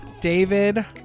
David